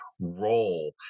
role